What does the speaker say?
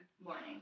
Morning